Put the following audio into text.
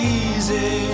easy